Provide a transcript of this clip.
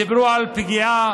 דיברו על פגיעה,